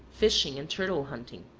fishing and turtle-hunting.